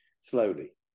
slowly